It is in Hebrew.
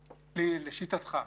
לשיטתך?